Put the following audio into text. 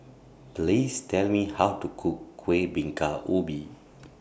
Please Tell Me How to Cook Kueh Bingka Ubi